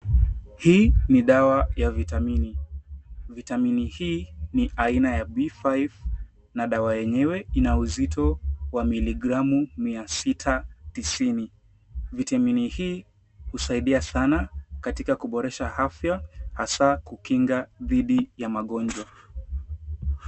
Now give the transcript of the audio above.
Hii ni dawa ya vitamini. Vitamini hii ni aina ya b 5 na dawa yenyewe inauzito wa miligramu Mia sita tisini. Vitamini hii husaidia sana katika kuboresha afya hasa kukinga dhidi ya magonjwa.